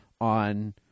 on